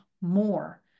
more